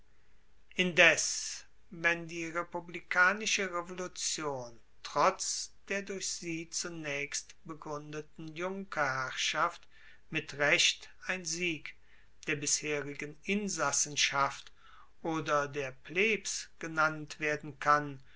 indes wenn die republikanische revolution trotz der durch sie zunaechst begruendeten junkerherrschaft mit recht ein sieg der bisherigen insassenschaft oder der plebs genannt werden kann